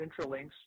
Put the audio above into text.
Intralinks